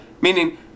meaning